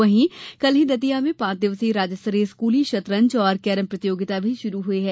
वही कल ही दतिया में पांच दिवसीय राज्य स्तरीय स्कूली शतरंज और केरम प्रतियोगिता भी शुरू हो हुई है